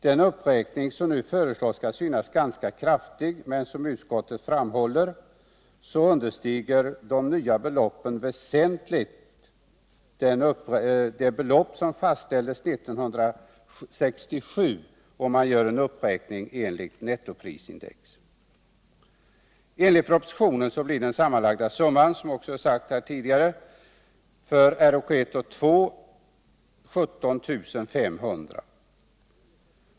Den uppräkning som nu föreslås kan synas ganska kraftig, men som utskottet framhåller understiger de nya beloppen väsentligt de belopp som fastställdes 1967, om man gör en uppräkning enligt nettoprisindex. Enligt propositionen blir den sammanlagda summan för reservofficerskurs I och II, som sagts här tidigare, 17 500 kr.